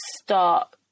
start